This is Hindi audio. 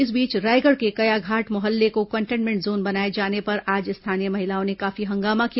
इस बीच रायगढ़ के कयाघाट मोहल्ले को कंटेनमेंट जोन बनाए जाने पर आज स्थानीय महिलाओं ने काफी हंगामा किया